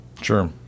Sure